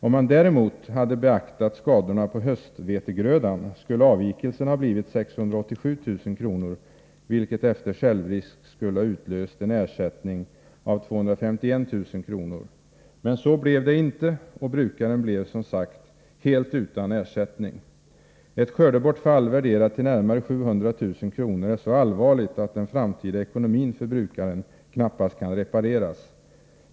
Om man däremot hade beaktat skadorna på höstvetegrödan, skulle avvikelsen ha blivit 687 000 kr., vilket efter självrisk skulle utlöst en ersättning av 251 000 kr. Men så blev det inte, och brukaren blev som sagt helt utan ersättning. Ett skördebortfall som värderas till närmare 700 000 kr. är så allvarligt att den framtida ekonomin för brukaren knappast kan repareras.